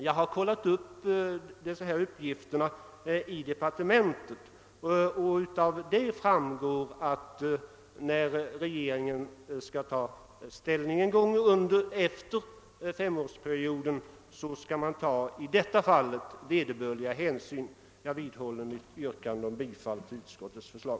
Jag har emellertid kollationerat uppgifterna i departementet och det har därvid framgått att regeringen när den före femårsperiodens utgång skall fatta sitt beslut kommer att ta vederbörliga hänsyn. Jag vidhåller mitt yrkande om bifall till utskottets förslag.